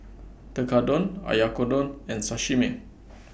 Tekkadon Oyakodon and Sashimi